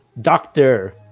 Doctor